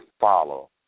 follow